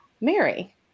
Mary